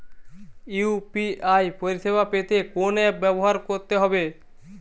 UPI পরিসেবা পেতে কোন অ্যাপ ব্যবহার করতে হবে?